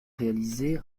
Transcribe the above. réalisé